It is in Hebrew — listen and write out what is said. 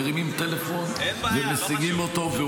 מרימים טלפון ומשיגים אותו -- אין בעיה.